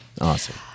awesome